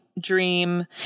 dream